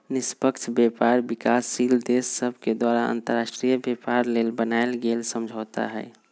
निष्पक्ष व्यापार विकासशील देश सभके द्वारा अंतर्राष्ट्रीय व्यापार लेल बनायल गेल समझौता हइ